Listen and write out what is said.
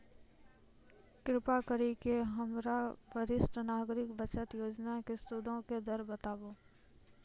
कृपा करि के हमरा वरिष्ठ नागरिक बचत योजना के सूदो के दर बताबो